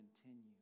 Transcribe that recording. continue